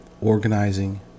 organizing